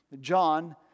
John